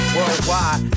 Worldwide